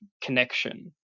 connection